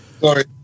Sorry